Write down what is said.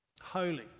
Holy